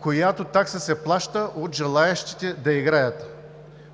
която такса се плаща от желаещите да играят.